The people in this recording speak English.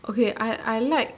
okay I I like